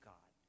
God